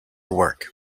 work